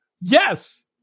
Yes